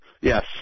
yes